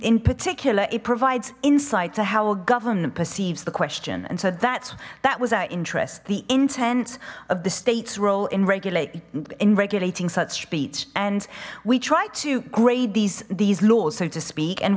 in particular it provides insight to how a government perceives the question and so that's that was our interest the intent of the state's role in regulating in regulating such speech and we try to grade these these laws so to speak and